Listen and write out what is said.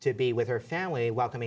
to be with her family welcom